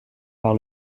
par